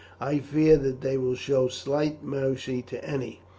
i fear that they will show slight mercy to any,